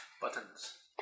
Buttons